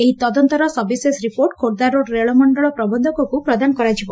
ଏହି ତଦନ୍ତର ସବିଶେଷ ରିପୋର୍ଟ ଖୋର୍ଦ୍ଧା ରୋଡ୍ ରେଳମଣ୍ଡଳ ପ୍ରବନ୍ଧକଙ୍କୁ ପ୍ରଦାନ କରାଯିବ